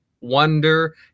wonder